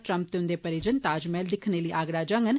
Trump ते उंदे परिजन ताज महल दिक्खने लेई आगरा जांगन